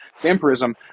vampirism